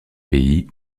pays